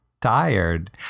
tired